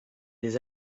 des